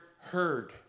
heard